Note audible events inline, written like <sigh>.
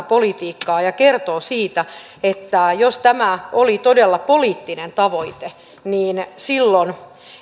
<unintelligible> politiikkaa ja kertoo siitä että jos tämä oli todella poliittinen tavoite niin silloin